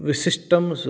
विशिष्टं स्